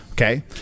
Okay